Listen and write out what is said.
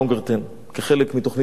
כחלק מתוכנית המחקר שלי.